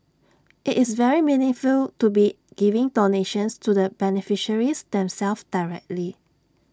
IT is very meaningful to be giving donations to the beneficiaries themselves directly